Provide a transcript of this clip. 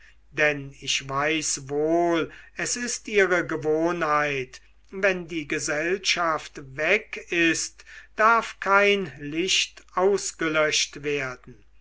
denn ich weiß wohl es ist ihre gewohnheit wenn die gesellschaft weg ist darf kein licht ausgelöscht werden